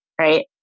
right